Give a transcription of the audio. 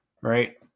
right